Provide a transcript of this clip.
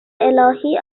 الهی